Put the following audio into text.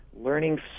Learning